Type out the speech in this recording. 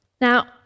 Now